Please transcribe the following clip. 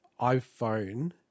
iPhone